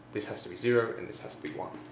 this has to be zero and this has to be one.